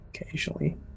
occasionally